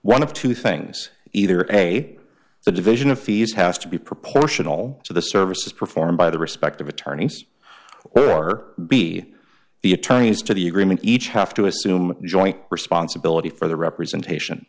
dollar of two things either way the division of fees has to be proportional to the services performed by the respective attorneys or are be the attorneys to the agreement each have to assume joint responsibility for the representation